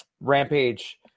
Rampage